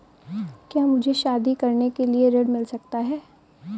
क्या मुझे शादी करने के लिए ऋण मिल सकता है?